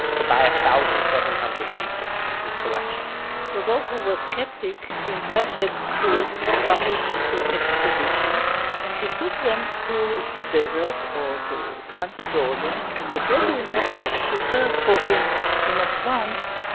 to buy one thousand seven hundred pieces from his collection for those who were sceptic, he invited to come with him to an expedition and he took them to the desert or to transjordan, and the bedouins prepared for him in advance,